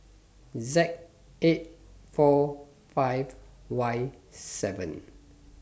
Z eight four five Y seven